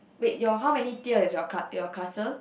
wait your how many tier is your ca~ your castle